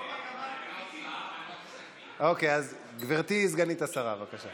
מיקי, מיקי, אוקיי, אז גברתי, סגנית השרה, בבקשה.